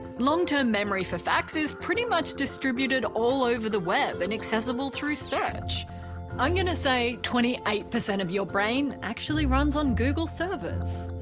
long term memory for facts is pretty much distributed all over the web and accessible through search i'm gonna say twenty eight percent of your brain actually runs on google servers.